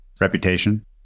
Reputation